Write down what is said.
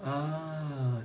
ah